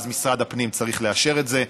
ואז משרד הפנים צריך לאשר את זה.